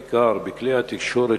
בעיקר בכלי התקשורת,